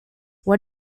what